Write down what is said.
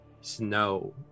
snow